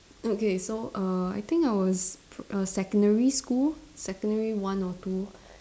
okay so err I think I was p~ err secondary school secondary one or two